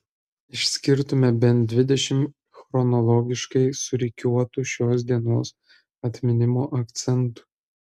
išskirtume bent dvidešimt chronologiškai surikiuotų šios dienos atminimo akcentų